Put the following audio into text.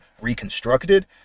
reconstructed